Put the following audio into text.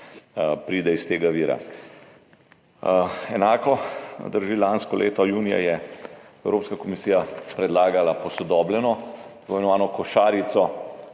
pride iz tega vira. Enako drži to, da je lansko leto junija Evropska komisija predlagala posodobljeno tako imenovano košarico